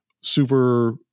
super